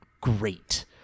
great